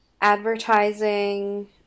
advertising